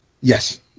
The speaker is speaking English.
Yes